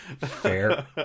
Fair